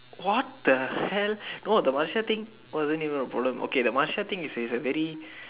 what the hell no the Marcia thing wasn't even a problem okay the Marcia thing is is a very